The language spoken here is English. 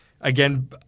Again